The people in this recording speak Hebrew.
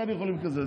כן יכולים להתקזז.